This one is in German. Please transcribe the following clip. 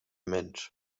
mensch